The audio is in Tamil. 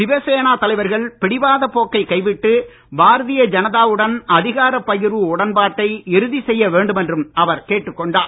சிவசேனா தலைவர்கள் பிடிவாதப் போக்கை கைவிட்டு பாரதீய ஜனதா உடன் அதிகாரப் பகிர்வு உடன்பாட்டை இறுதி செய்ய வேண்டும் என்றும் அவர் கேட்டுக் கொண்டார்